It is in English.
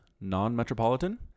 non-metropolitan